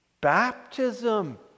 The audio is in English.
baptism